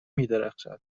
میدرخشد